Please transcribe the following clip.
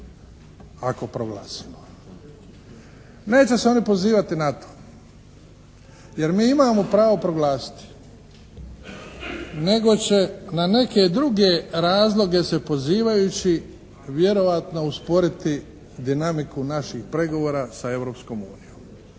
ako proglasimo. Neće se oni pozivati na to, jer mi imamo pravo proglasiti nego će na neke druge razloge se pozivajući vjerojatno usporiti dinamiku naših pregovora sa Europskom unijom,